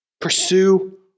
Pursue